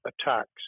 attacks